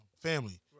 family